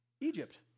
Egypt